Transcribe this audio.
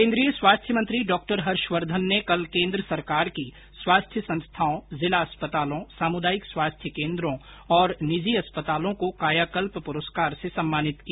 केंद्रीय स्वास्थ्य मंत्री डॉक्टर हर्षवर्धन ने कल केंद्र सरकार की स्वास्थ्य संस्थाओं जिला अस्पतालों सामुदायिक स्वास्थ्य केंद्रों और निजी अस्पतालों को कायाकल्प पुरस्कार से सम्मानित किया